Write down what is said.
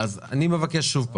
אני מבקש שוב,